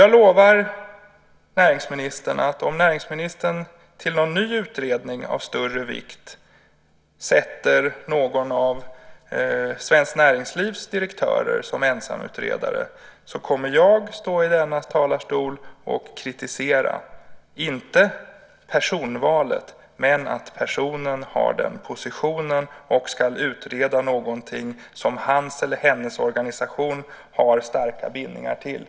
Jag lovar näringsministern att om näringsministern till någon ny utredning av större vikt sätter någon av Svenskt Näringslivs direktörer som ensamutredare så kommer jag att stå i denna talarstol och kritisera, inte personvalet men att personen har den positionen och ska utreda någonting som hans eller hennes organisation har starka bindningar till.